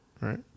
right